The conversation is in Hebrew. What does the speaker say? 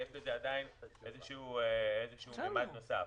יש לזה עדיין איזשהו ממד נוסף.